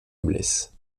noblesse